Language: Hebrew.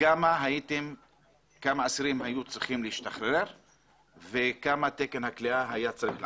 כמה אסירים היו צריכים להשתחרר וכמה תקן הכליאה היה צריך לעמוד?